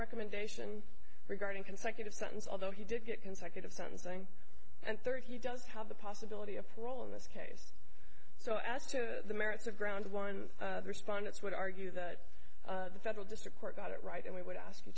recommendation regarding consecutive sentence although he did get consecutive sentencing and third he does have the possibility of parole in this case so as to the merits of ground one respondents would argue that the federal district court got it right and we would ask you